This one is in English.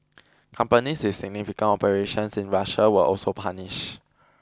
companies with significant operations in Russia were also punished